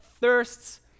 thirsts